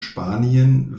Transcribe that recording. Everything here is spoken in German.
spanien